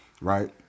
right